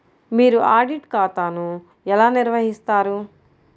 మీరు ఆడిట్ ఖాతాను ఎలా నిర్వహిస్తారు?